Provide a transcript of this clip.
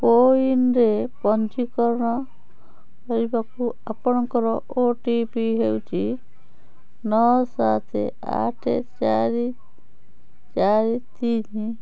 କୋ ୱିନ୍ରେ ପଞ୍ଜୀକରଣ କରିବାକୁ ଆପଣଙ୍କର ଓ ଟି ପି ହେଉଛି ନଅ ସାତ ଆଠ ଚାରି ଚାରି ତିନି